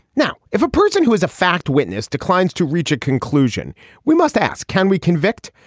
now if a person who is a fact witness declines to reach a conclusion we must ask can we convict.